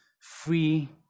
Free